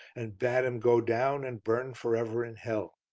and bade him go down and burn for ever in hell.